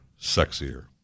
sexier